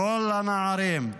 כל הנערים,